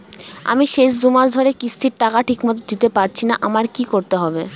আমি শেষ দুমাস ধরে কিস্তির টাকা ঠিকমতো দিতে পারছিনা আমার কি করতে হবে?